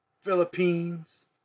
Philippines